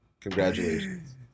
Congratulations